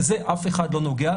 בזה אף אחד לא נוגע,